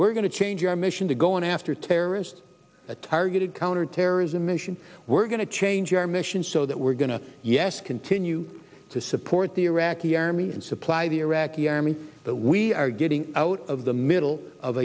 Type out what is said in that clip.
we're going to change our mission to go after terrorists a targeted counterterrorism mission we're going to change our mission so that we're going to yes continue to support the iraqi army and supply the iraqi army that we are getting out of the middle of